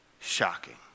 shocking